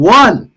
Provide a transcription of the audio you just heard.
one